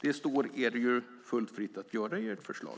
Det står er fullt fritt att göra så i ert förslag.